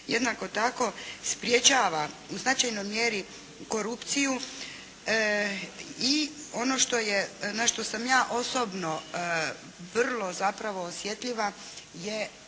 Jednako tako sprječava u značajnoj mjeri korupciju. I ono što je, na što sam ja osobno vrlo zapravo osjetljiva je